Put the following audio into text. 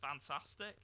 fantastic